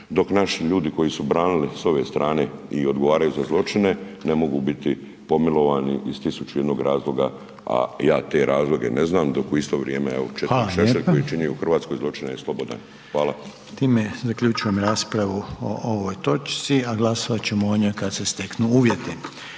dok naši ljudi koji su branili s ove strane i odgovaraju za zločine ne mogu biti pomilovani iz tisuću i jednog razloga, a ja te razloge ne znam dok u isto vrijeme evo četnik Šešelj koji je činio u Hrvatskoj zločine je slobodan. Hvala. **Reiner, Željko (HDZ)** Hvala. Time zaključujem raspravu o ovoj točci, a glasovat ćemo o njoj kada se steknu uvjeti.